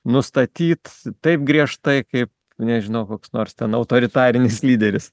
nustatyt taip griežtai kaip nežinau koks nors ten autoritarinis lyderis